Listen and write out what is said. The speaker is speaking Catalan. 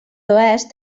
oest